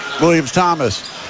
Williams-Thomas